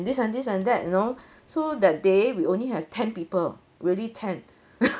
this and this and that you know so that day we only have ten people really ten